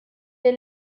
der